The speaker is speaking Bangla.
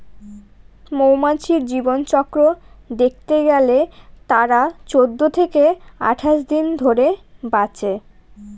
মৌমাছির জীবনচক্র দেখতে গেলে তারা চৌদ্দ থেকে আঠাশ দিন ধরে বাঁচে